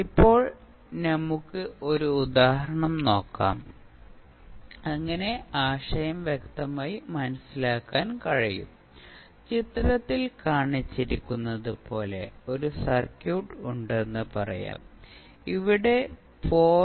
ഇപ്പോൾ നമുക്ക് ഒരു ഉദാഹരണം നോക്കാം അങ്ങനെ ആശയം വ്യക്തമായി മനസ്സിലാക്കാൻ കഴിയും ചിത്രത്തിൽ കാണിച്ചിരിക്കുന്നതുപോലെ ഒരു സർക്യൂട്ട് ഉണ്ടെന്ന് പറയാം ഇവിടെ 0